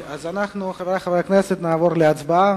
אז אנחנו, חברי חברי הכנסת, נעבור להצבעה.